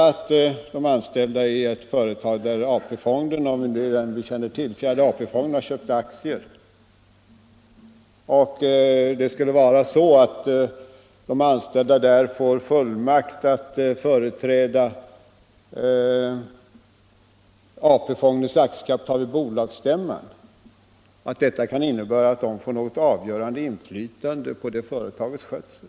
Om de anställda i ett företag där låt oss säga fjärde AP-fonden köpt aktier skulle få fullmakt att företräda AP-fondens aktiekapital vid bolagsstämman, skulle det inte innebära att de fick något större inflytande på företagets skötsel.